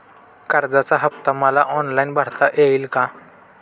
कर्जाचा हफ्ता मला ऑनलाईन भरता येईल का?